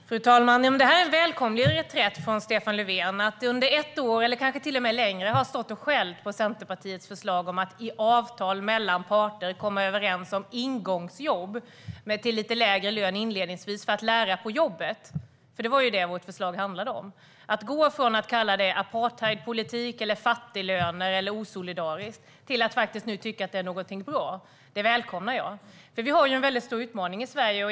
Fru talman! Det här är en välkommen reträtt från Stefan Löfven, från att under ett år eller kanske till och med längre ha stått och skällt på Centerpartiets förslag om att i avtal mellan parter komma överens om ingångsjobb till lite lägre lön inledningsvis för att lära på jobbet. Det var ju det vårt förslag handlade om. Att gå från att kalla det apartheidpolitik eller fattiglöner eller osolidariskt till att faktiskt nu tycka att det är någonting bra, det välkomnar jag. Vi har ju en väldigt stor utmaning i Sverige.